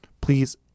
Please